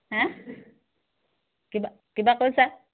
হা কিবা কিবা কৈছা